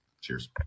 Cheers